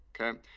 Okay